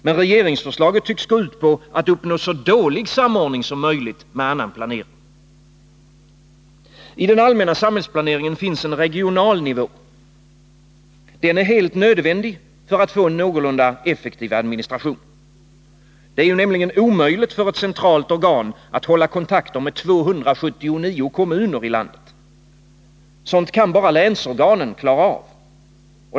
Men regeringsförslaget tycks gå ut på att uppnå så dålig samordning med annan planering som möjligt. I den allmänna samhällsplaneringen finns en regional nivå. Den är helt nödvändig för en någorlunda effektiv administration. Det är nämligen omöjligt för ett centralt organ att hålla kontakt med 279 kommuner i landet. Det kan bara länsorgan klara av.